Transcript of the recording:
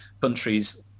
countries